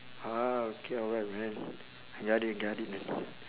ah okay alright man I got it got it man